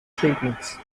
treatments